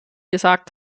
gesagt